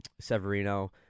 Severino